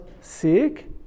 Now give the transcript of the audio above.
sick